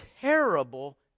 terrible